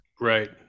right